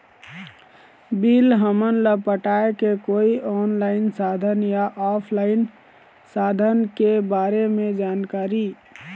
Bill हमन ला पटाए के कोई ऑनलाइन साधन या ऑफलाइन साधन के बारे मे जानकारी?